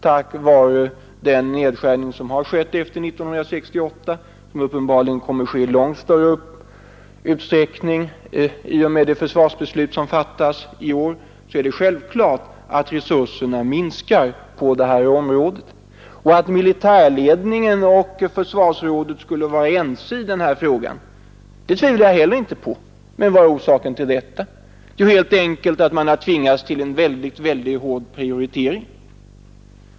På grund av den nedskärning som skedde 1968 och som uppenbarligen kommer att ske i långt större utsträckning i och med det försvarsbeslut som kommer att fattas i år är det självklart att de ekonomiska resurserna minskar. Att militärledningen och försvarsrådet skulle vara ense i den här frågan tvivlar jag inte heller på. Men vad är orsaken härtill? Helt enkelt den att man har tvingats till en väldigt hård prioritering.